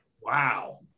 Wow